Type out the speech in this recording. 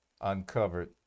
uncovered